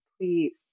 please